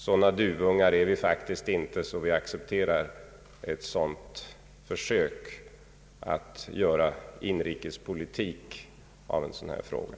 Sådana duvungar är vi faktikst inte att vi accepterar ett försök att göra inrikespolitik av en sådan här fråga.